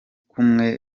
kumwe